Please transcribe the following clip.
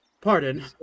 Pardon